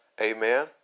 Amen